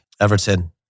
Everton